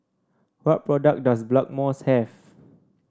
what products does Blackmores have